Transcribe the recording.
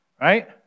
right